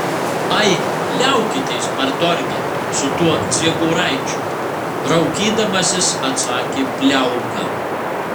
ai liaukitės partorge su tuo dziegoraičiu raukydamasis atsakė pliauga